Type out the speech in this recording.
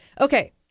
Okay